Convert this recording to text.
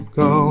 go